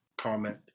comment